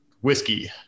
whiskey